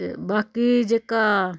ते बाकी जेह्का